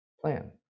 plan